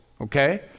Okay